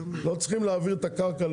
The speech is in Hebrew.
לא צריכים להעביר את הקרקע,